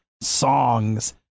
songs